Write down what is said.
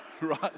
right